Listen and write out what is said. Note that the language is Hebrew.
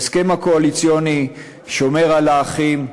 ההסכם הקואליציוני שומר על האחים,